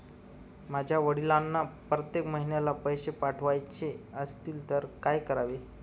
माझ्या वडिलांना प्रत्येक महिन्याला पैसे पाठवायचे असतील तर काय करावे?